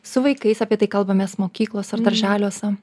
su vaikais apie tai kalbamės mokyklose ar darželiuose